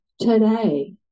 today